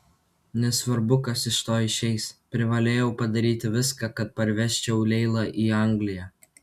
nesvarbu kas iš to išeis privalėjau padaryti viską kad parvežčiau leilą į angliją